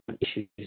issues